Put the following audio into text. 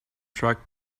truck